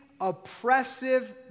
oppressive